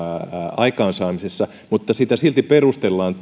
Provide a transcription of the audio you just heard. aikaansaamisessa mutta sitä silti perustellaan